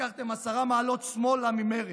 לקחתם עשר מעלות שמאלה ממרצ.